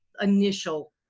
initial